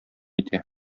итә